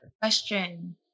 Question